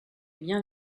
bien